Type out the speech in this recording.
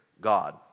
God